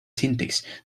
syntax